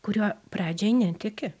kuriuo pradžiai netiki